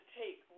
take